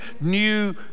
new